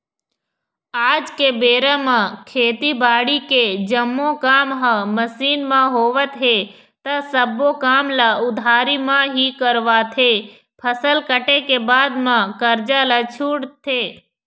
आज के बेरा म खेती बाड़ी के जम्मो काम ह मसीन म होवत हे ता सब्बो काम ल उधारी म ही करवाथे, फसल कटे के बाद म करजा ल छूटथे